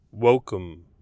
Welcome